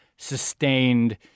sustained